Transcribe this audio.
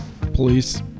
Police